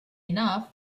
enough